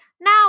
now